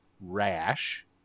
rash